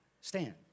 stand